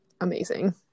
amazing